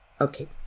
Okay